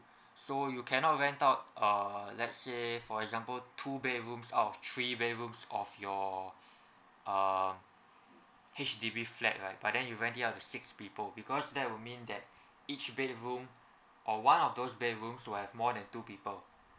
so you cannot rent out uh let's say for example two bedrooms out of three bedrooms of your uh H_D_B flat right but then you rent it out to six people because that will mean that each bedroom or one of those bedrooms will have more than two people